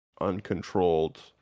uncontrolled